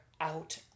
out